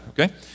Okay